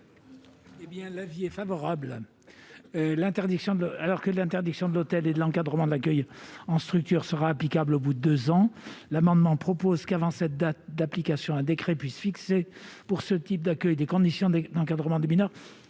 Quel est l'avis de la commission ? Alors que l'interdiction de l'hôtel et l'encadrement de l'accueil en structures seront applicables au bout de deux ans, il est proposé, avant cette date d'application, qu'un décret puisse fixer pour ce type d'accueil des conditions d'encadrement des mineurs.